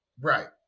Right